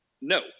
No